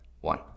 One